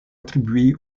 attribués